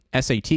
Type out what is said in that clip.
SAT